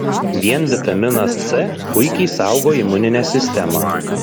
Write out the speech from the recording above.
vien vitaminas c puikiai saugo imuninę sistemą